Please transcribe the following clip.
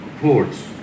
ports